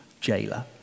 jailer